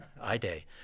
I-Day